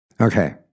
Okay